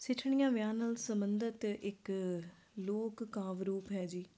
ਸਿੱਠਣੀਆਂ ਵਿਆਹ ਨਾਲ ਸੰਬੰਧਿਤ ਇੱਕ ਲੋਕ ਕਾਵ ਰੂਪ ਹੈ ਜੀ